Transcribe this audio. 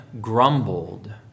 grumbled